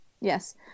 Yes